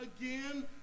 again